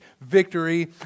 victory